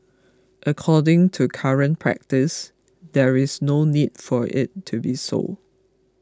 according to current practice there is no need for it to be so